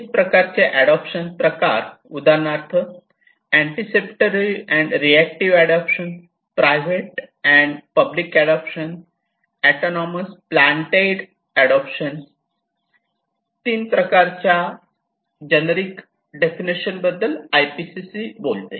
विविध प्रकारचे अडोप्शन प्रकार उदाहरणार्थ anticipatory and reactive adoption private and public adoption autonomous planned adoption तीन प्रकारच्या इत्यादी प्रकारच्या जनरिक डेफिनेशन बद्दल आयपीसीसी बोलते